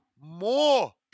more